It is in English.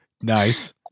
nice